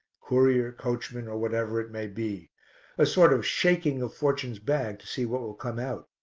courier, coachman, or whatever it may be a sort of shaking of fortune's bag to see what will come out.